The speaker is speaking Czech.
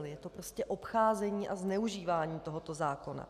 Je to prostě obcházení a zneužívání tohoto zákona.